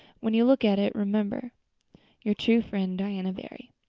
when you look at it remember your true friend diana barry.